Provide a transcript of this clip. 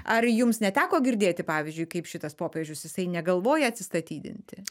ar jums neteko girdėti pavyzdžiui kaip šitas popiežius jisai negalvoja atsistatydinti